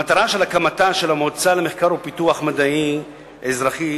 מטרת הקמתה של המועצה למחקר ולפיתוח מדעי אזרחי